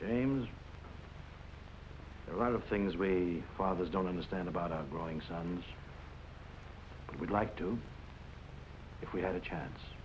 games a lot of things we fathers don't understand about growing so we'd like to if we had a chance